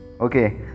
Okay